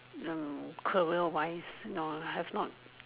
no career wise no have not